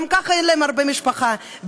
גם ככה אין להם משפחה גדולה,